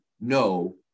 no